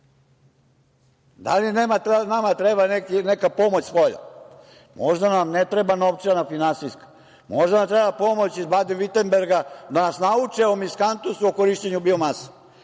li nama treba neka pomoć spolja? Možda nam ne treba novčana, finansijska, možda nam treba pomoć iz Baden-Virtemberga da nas nauče o miskantusu, o korišćenju biomase.